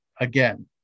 again